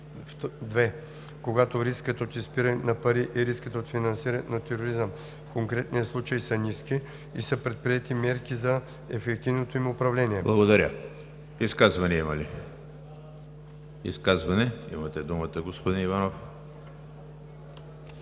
„2. когато рискът от изпиране на пари и рискът от финансиране на тероризъм в конкретния случай са ниски и са предприети мерки за ефективното им управление“.“ ПРЕДСЕДАТЕЛ ЕМИЛ ХРИСТОВ: Има ли изказвания? Имате думата, господин Иванов.